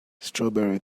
strawberry